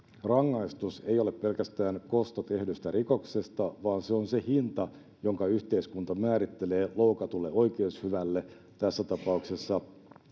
rangaistus ei ole pelkästään kosto tehdystä rikoksesta vaan se on se hinta jonka yhteiskunta määrittelee loukatulle oikeushyvälle tässä tapauksessa